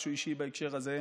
משהו אישי בהקשר הזה: